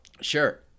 Sure